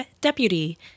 deputy